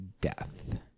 death